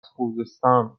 خوزستان